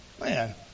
man